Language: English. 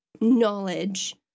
knowledge